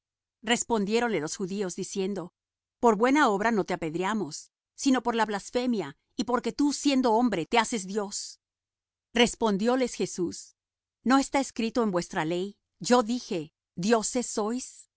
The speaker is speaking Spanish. apedreáis respondiéronle los judíos diciendo por buena obra no te apedreamos sino por la blasfemia y porque tú siendo hombre te haces dios respondióles jesús no está escrito en vuestra ley yo dije dioses sois si